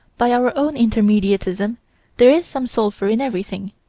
by our own intermediatism there is some sulphur in everything,